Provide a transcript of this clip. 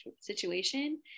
situation